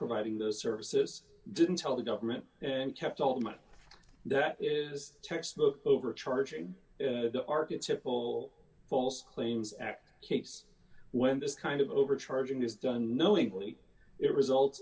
providing the services didn't tell the government and kept all the money that is textbook overcharging the ark and simple false claims act case when this kind of overcharging is done knowingly it results